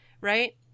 right